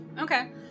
okay